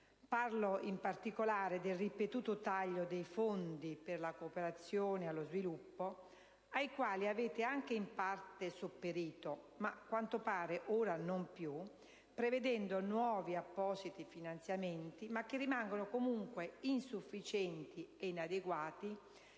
Parlo in particolare del ripetuto taglio dei fondi per la cooperazione allo sviluppo, ai quali avete anche in parte sopperito (ma a quanto pare ora non più) prevedendo nuovi appositi finanziamenti, che rimangono comunque insufficienti e inadeguati